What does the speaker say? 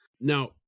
Now